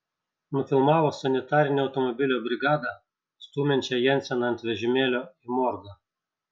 nufilmavo sanitarinio automobilio brigadą stumiančią jenseną ant vežimėlio į morgą